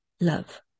love